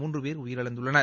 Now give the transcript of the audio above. மூன்று பேர் உயிரிழந்துள்ளனர்